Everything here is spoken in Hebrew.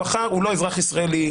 הוא לא אזרח ישראלי,